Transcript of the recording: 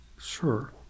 Sure